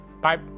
Bye